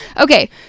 Okay